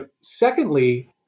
Secondly